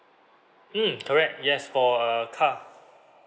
mm correct yes for a car